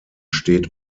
steht